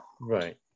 Right